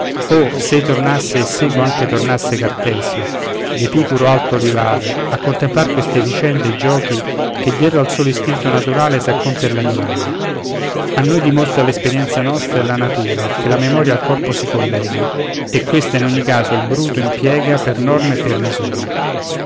nero oh s'ei tornasse e seco anche tornasse cartesio d'epicuro alto rivale a contemplar queste vicende e i giochi che dietro al solo istinto naturale sa compier l'animale a noi dimostra l'esperienza nostra e la natura che la memoria al corpo si collega e questa in ogni caso il bruto impiega per norma e per misura